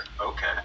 Okay